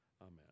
Amen